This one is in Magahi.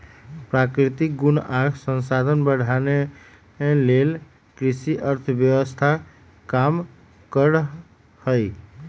प्राकृतिक गुण आ संसाधन बढ़ाने लेल कृषि अर्थव्यवस्था काम करहइ